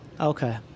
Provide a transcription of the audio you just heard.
Okay